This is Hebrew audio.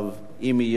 אילן איננו,